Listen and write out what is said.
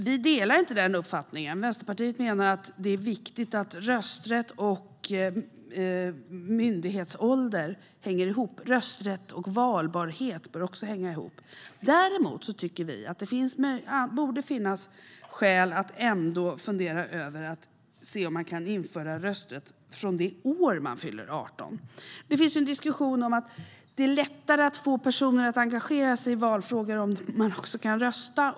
Vi delar inte den uppfattningen. Vänsterpartiet menar att det är viktigt att rösträtt och myndighetsålder hänger ihop. Rösträtt och valbarhet bör också hänga ihop. Däremot tycker vi att det borde finnas skäl att fundera över om det går att införa rösträtt från det år man fyller 18. Det förs en diskussion om att det är lättare att få personer att engagera sig i valfrågor om de också kan rösta.